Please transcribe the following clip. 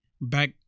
back